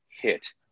hit